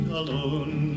alone